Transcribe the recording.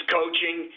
coaching